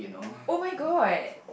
oh-my-god